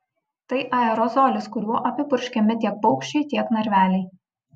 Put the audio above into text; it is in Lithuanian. tai aerozolis kuriuo apipurškiami tiek paukščiai tiek narveliai